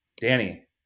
Danny